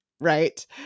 right